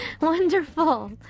Wonderful